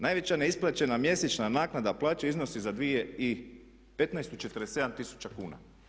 Najveća neisplaćena mjesečna naknada plaće iznosi za 2015. 47 000 kuna.